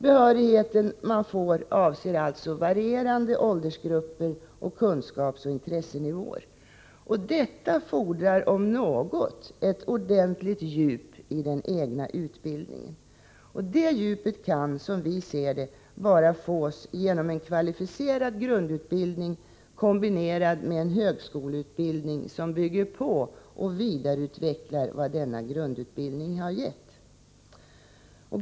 Behörigheten man får avser alltså varierande åldersgrupper och kunskapsoch intressenivåer. Detta fordrar om något ett ordentligt djup i den egna utbildningen. Det djupet kan, som vi ser det, fås bara genom en kvalificerad grundutbildning kombinerad med en högskoleutbildning som bygger på och vidareutvecklar vad denna grundutbildning har gett.